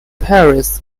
paris